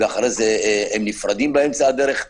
והם נפרדים באמצע הדרך.